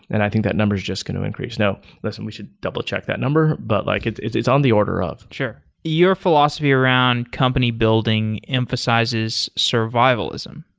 and i think that number is just going to increase. now, listen. we should double check that number, but like it's it's on the order of. sure. your philosophy around company building emphasizes survivalism.